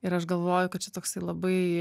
ir aš galvoju kad čia toksai labai